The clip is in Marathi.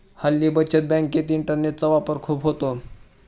हल्ली बचत बँकेत इंटरनेटचा वापर खूप होतो